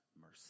mercy